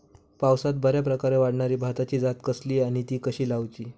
पावसात बऱ्याप्रकारे वाढणारी भाताची जात कसली आणि ती कशी लाऊची?